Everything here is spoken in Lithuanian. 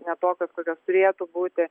ne tokios kokios turėtų būti